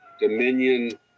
Dominion